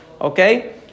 Okay